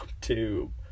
tube